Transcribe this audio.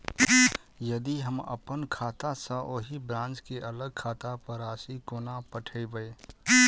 यदि हम अप्पन खाता सँ ओही ब्रांच केँ अलग खाता पर राशि कोना पठेबै?